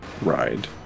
ride